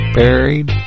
buried